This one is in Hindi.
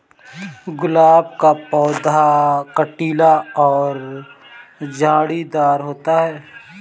गुलाब का पौधा कटीला और झाड़ीदार होता है